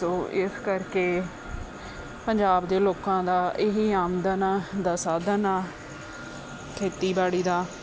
ਸੋ ਇਸ ਕਰਕੇ ਪੰਜਾਬ ਦੇ ਲੋਕਾਂ ਦਾ ਇਹੀ ਆਮਦਨ ਹੈ ਦਾ ਸਾਧਨ ਹੈ ਖੇਤੀਬਾੜੀ ਦਾ